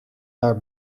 daar